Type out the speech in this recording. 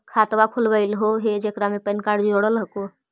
खातवा खोलवैलहो हे जेकरा मे पैन कार्ड जोड़ल हको?